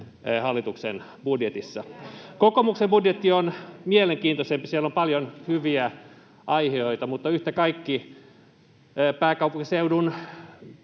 hallituksen budjetissa. Kokoomuksen budjetti on mielenkiintoisempi. Siellä on paljon hyviä aihioita, mutta yhtä kaikki, pääkaupunkiseudun